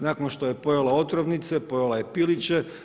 Nakon što je pojela otrovnice, pojela je piliće.